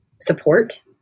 support